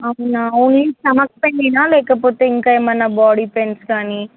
అవునా only stomach పెయినేనా లేకపోతే ఇంకేమైనా బాడీ పెయిన్స్ కానీ